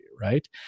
right